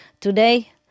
Today